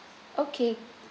okay